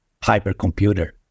hypercomputer